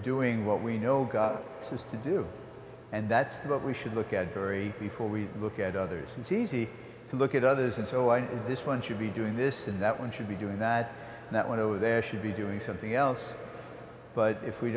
doing what we know god has to do and that's what we should look at very before we look at others it's easy to look at others and so i this one should be doing this and that one should be doing that and that one over there should be doing something else but if we